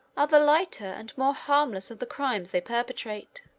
are the lighter and more harmless of the crimes they perpetrate.